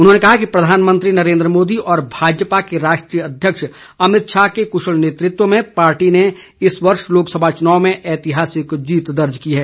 उन्होंने कहा कि प्रधानमंत्री नरेन्द्र मोदी और भाजपा के राष्ट्रीय अध्यक्ष अमित शाह के कृशल नेतृत्व में पार्टी ने इस वर्ष लोकसभा चुनाव में ऐतिहासिक जीत दर्ज की है